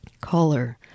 Caller